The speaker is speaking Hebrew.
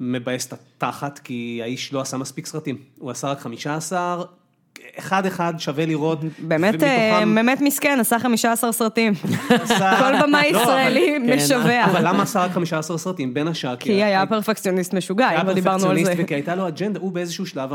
מבאס את התחת, כי האיש לא עשה מספיק סרטים. הוא עשה רק חמישה עשר, אחד אחד שווה לראות. באמת מסכן, עשה חמישה עשר סרטים. כל במאי ישראלי משווה. אבל למה עשה רק חמישה עשר סרטים בין השעה? כי היה פרפקציוניסט משוגע, אם דיברנו על זה. כי היה פרפקציוניסט וכי הייתה לו אג'נדה, הוא באיזשהו שלב...